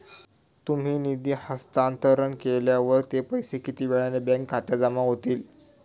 तुम्ही निधी हस्तांतरण केल्यावर ते पैसे किती वेळाने बँक खात्यात जमा होतील?